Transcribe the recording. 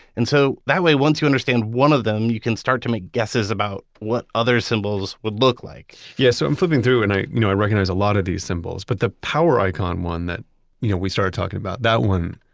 and so that way, once you understand one of them, you can start to make guesses about what other symbols would look like yeah, so i'm flipping through and i you know i recognize a lot of these symbols, but the power icon one that you know we started talking about, that one,